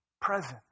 present